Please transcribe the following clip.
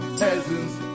peasants